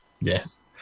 Yes